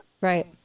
Right